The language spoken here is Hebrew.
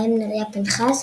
בהם נריה פנחס,